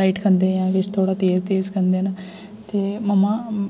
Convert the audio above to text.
light खंदे जां किश थोह्ड़ा तेज तेज खंदे न ते मम्मा